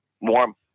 warm